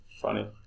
funny